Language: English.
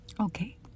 Okay